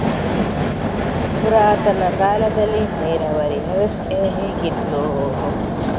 ಪುರಾತನ ಕಾಲದಲ್ಲಿ ನೀರಾವರಿ ವ್ಯವಸ್ಥೆ ಹೇಗಿತ್ತು?